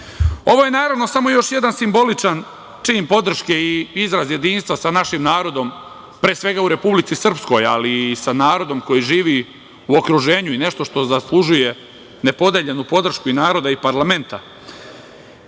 je naravno samo još jedan simboličan čin podrške i izraz jedinstva sa našim narodom, pre svega, u Republici Srpskoj, ali i sa narodom koji živi u okruženju i nešto što zaslužuje nepodeljenu podršku i naroda i parlamenta,